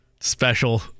Special